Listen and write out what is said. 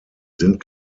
sind